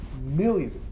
millions